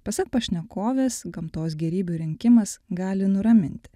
pasak pašnekovės gamtos gėrybių rinkimas gali nuraminti